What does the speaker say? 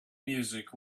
music